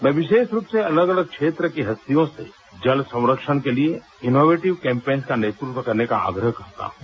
मैं विशेष रूप से अलग अलग क्षेत्र की हस्तियों से जल संरक्षण के लिए इनोवेटिव कैम्पेनिंग का नेतृत्व करने का आग्रह करता हूँ